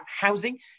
housing